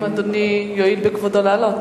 השאילתא הראשונה היא של חבר הכנסת אריה אלדד,